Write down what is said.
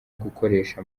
gukoresha